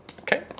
Okay